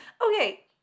Okay